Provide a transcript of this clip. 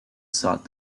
sought